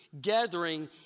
gathering